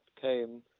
came